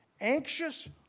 Anxious